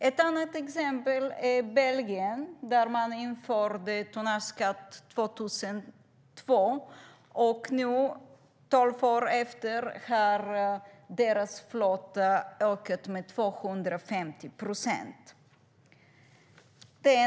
Ett annat exempel är Belgien, där man införde tonnageskatt 2002. Tolv år senare har deras flotta ökat med 250 procent.